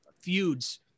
feuds